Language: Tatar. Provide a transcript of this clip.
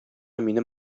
минем